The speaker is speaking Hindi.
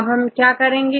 अब हम क्या करेंगे